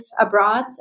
abroad